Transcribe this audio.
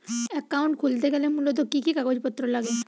Account খুলতে গেলে মূলত কি কি কাগজপত্র লাগে?